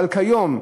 אבל כיום,